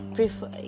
Prefer